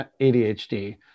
ADHD